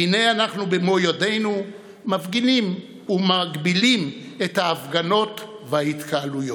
והינה אנחנו במו ידינו מגבילים את ההפגנות וההתקהלויות.